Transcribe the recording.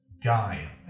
guy